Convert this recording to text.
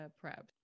PrEP